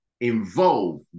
involve